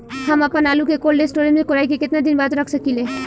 हम आपनआलू के कोल्ड स्टोरेज में कोराई के केतना दिन बाद रख साकिले?